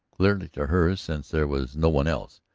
clearly to her, since there was no one else.